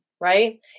right